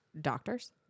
doctors